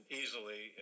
easily